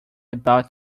about